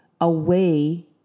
away